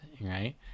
right